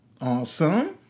Awesome